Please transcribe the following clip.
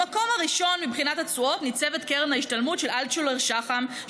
במקום הראשון מבחינת התשואות ניצבת קרן ההשתלמות של אלטשולר שחם,